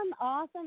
awesome